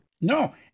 No